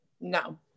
No